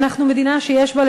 אנחנו מדינה שיש בה,